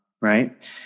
right